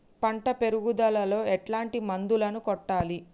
పంట పెరుగుదలలో ఎట్లాంటి మందులను కొట్టాలి?